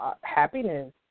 happiness